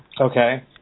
okay